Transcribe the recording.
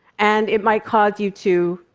and it might cause you to,